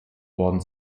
worden